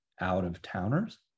out-of-towners